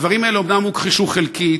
הדברים האלה אומנם הוכחשו חלקית,